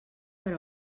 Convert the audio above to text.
per